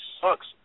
sucks